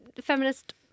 feminist